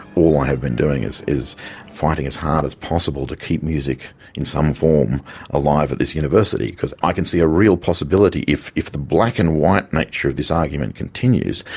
all i have been doing is is fighting as hard as possible to keep music in some form alive at this university, because i can see a real possibility, if if the black and white nature of this argument continues,